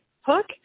hook